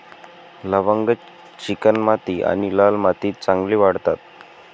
लवंग चिकणमाती आणि लाल मातीत चांगली वाढतात